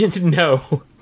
No